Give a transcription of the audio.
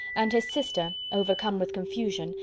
and his sister overcome with confusion,